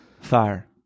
Fire